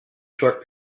short